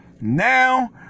now